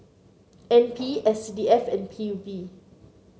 N P S C D F and P U B